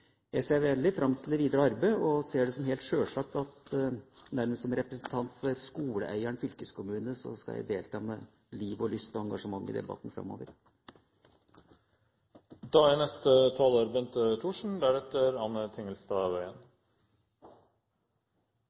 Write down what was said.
Jeg vet ikke om det er svaret her, men jeg ser veldig fram til det videre arbeidet og ser det som helt sjølsagt at nærmest som representant for skoleeieren fylkeskommunen skal jeg delta med liv og lyst og engasjement i debatten